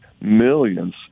millions